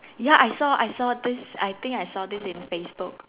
ya I saw I saw this I think I saw this in Facebook